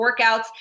workouts